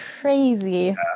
crazy